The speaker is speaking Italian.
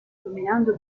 illuminando